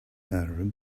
arab